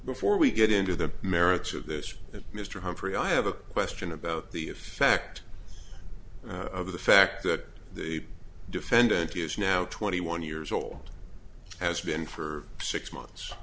before we get into the merits of this and mr humphrey i have a question about the effect of the fact that the defendant is now twenty one years old has been for six